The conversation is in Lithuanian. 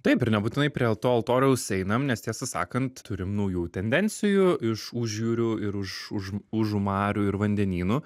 taip ir nebūtinai prie to altoriaus einam nes tiesą sakant turim naujų tendencijų iš užjūrių ir už už užu marių ir vandenynų